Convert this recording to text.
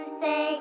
say